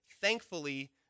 thankfully